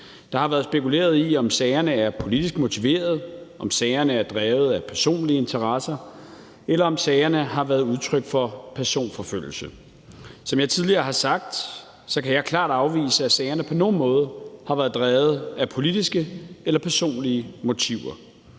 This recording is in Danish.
Der har været spekuleret i, om sagerne er politisk motiverede, om sagerne er drevet af personlige interesser, eller om sagerne har været udtryk for personforfølgelse. Som jeg tidligere har sagt, kan jeg klart afvise, at sagerne på nogen måde har været drevet af politiske eller personlige motiver.